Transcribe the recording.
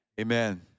Amen